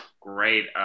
great –